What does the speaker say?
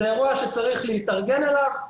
זה אירוע שצריך להתארגן אליו.